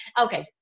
Okay